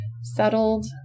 settled